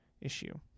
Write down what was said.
issue